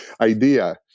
idea